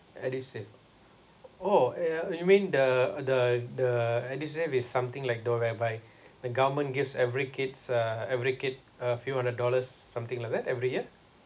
edusave oh uh you mean the the the edusave is something like the whereby the government gives every kids uh every kid a few hundred dollars something like that every year